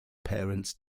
parents